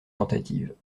tentatives